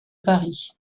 paris